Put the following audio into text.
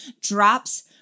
drops